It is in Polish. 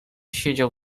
siedział